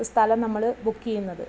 സ്ഥലം നമ്മൾ ബുക്ക് ചെയ്യുന്നത്